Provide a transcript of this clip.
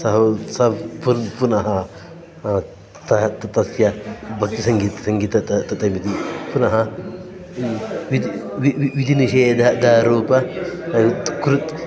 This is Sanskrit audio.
सः स पुनः पुनः तः त तस्य भक्तिसङ्गीतं सङ्गीतं ततः तथैमिति पुनः विधिनिषेधरूपं कृ